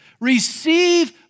Receive